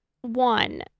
One